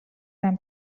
tam